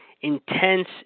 intense